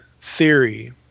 theory